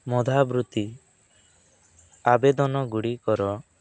ମେଧାବୃତ୍ତି ଆବେଦନଗୁଡ଼ିକର